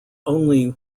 only